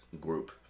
group